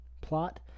plot